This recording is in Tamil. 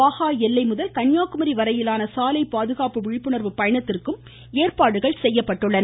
வாகா எல்லை முதல் கன்னியாகுமரி வரையிலான சாலை பாதுகாப்பு விழிப்புணர்வு பயணத்திற்கும் ஏற்பாடுகள் செய்யப்பட்டுள்ளன